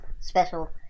special